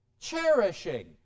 Cherishing